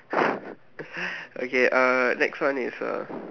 okay uh next one is uh